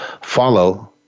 follow